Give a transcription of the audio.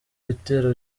bitero